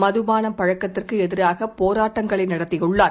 மதுபானபழக்கத்திற்குஎதிராகபோராட்டங்களைநடத்தியுள்ளார்